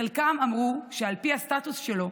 חלקם אמרו שעל פי הסטטוס שלו,